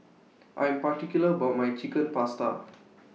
I Am particular about My Chicken Pasta